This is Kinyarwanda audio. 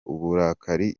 uburakari